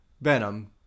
venom